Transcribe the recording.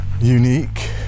unique